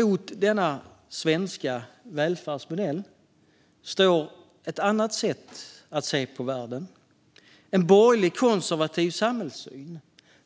Mot denna svenska välfärdsmodell står ett annat sätt att se på världen - en borgerlig, konservativ samhällssyn